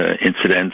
incidents